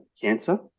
cancer